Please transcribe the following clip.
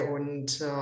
und